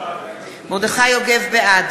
בעד